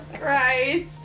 Christ